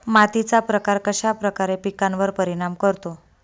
मातीचा प्रकार कश्याप्रकारे पिकांवर परिणाम करतो?